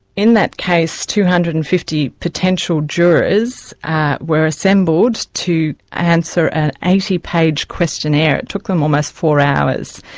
in that case, two hundred and fifty potential jurors were assembled to answer an eighty page questionnaire. it took them almost four hours.